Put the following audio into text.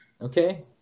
Okay